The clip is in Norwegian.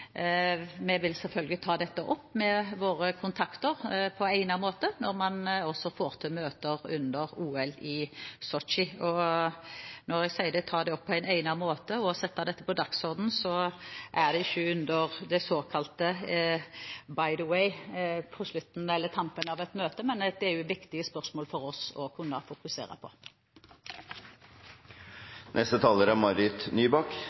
selvfølgelig vil ta dette opp med våre kontakter på en egnet måte når man får til møter under OL i Sotsji. Og når jeg sier at vi skal ta dette opp på en egnet måte og sette det på dagsordenen, så mener jeg ikke under det såkalte «and by the way» på tampen av et møte, men dette er viktige spørsmål for oss å fokusere